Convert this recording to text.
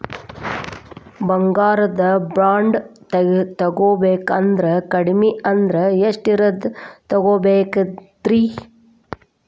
ಬಂಗಾರ ಬಾಂಡ್ ತೊಗೋಬೇಕಂದ್ರ ಕಡಮಿ ಅಂದ್ರ ಎಷ್ಟರದ್ ತೊಗೊಬೋದ್ರಿ?